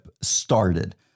started